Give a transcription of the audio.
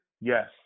Yes